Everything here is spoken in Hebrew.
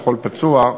וכל פצוע,